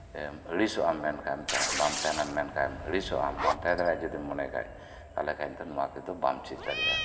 ᱡᱩᱫᱤᱢ ᱟᱹᱲᱤᱥᱚᱜ ᱟᱢ ᱵᱟᱢ ᱛᱟᱦᱮᱸᱱᱟ ᱢᱮᱱᱠᱷᱟᱱ ᱟᱹᱲᱤᱥᱚᱜᱼᱟᱢ ᱵᱟᱢ ᱛᱟᱦᱮᱸ ᱫᱟᱲᱮᱭᱟᱜᱼᱟ ᱡᱩᱫᱤᱢ ᱢᱚᱱᱮ ᱠᱷᱟᱱ ᱛᱟᱦᱞᱮ ᱠᱷᱟᱱ ᱱᱚᱶᱟ ᱠᱚᱫᱚ ᱵᱟᱢ ᱪᱮᱫ ᱫᱟᱲᱮᱭᱟᱜᱼᱟ